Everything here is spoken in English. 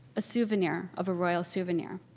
a souvenir of a royal souvenir.